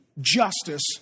justice